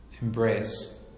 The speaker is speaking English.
embrace